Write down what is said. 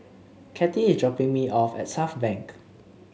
Kattie is dropping me off at Southbank